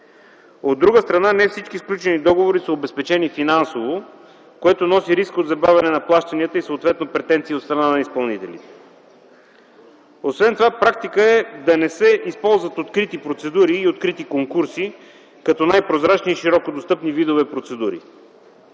От друга страна, не всички сключени договори са обезпечени финансово, което носи риск от забавяне на плащанията и съответно претенции от страна на изпълнителите. Освен това е практика да не се използват открити процедури и открити конкурси, като най-прозрачни и широко достъпни видове процедури.